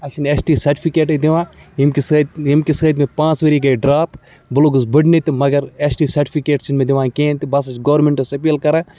اَسہِ چھِنہٕ S T سٹفِکیٹٕے دِوان ییٚمہِ کہِ سۭتۍ ییٚمہِ کہِ سۭتۍ مےٚ پانٛژھ ؤری گٔے ڈرٛاپ بہٕ لوٚگُس بٔڈنہِ تہِ مگر ایس ٹی سٹفِکیٹ چھِنہٕ مےٚ دِوان کِہیٖنۍ تہِ بہٕ ہَسا چھُس گورمینٹَس اپیٖل کَران